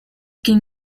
can